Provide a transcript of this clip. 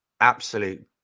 absolute